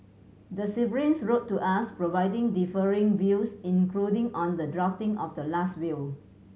the siblings wrote to us providing differing views including on the drafting of the last will